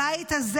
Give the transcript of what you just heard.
הבית הזה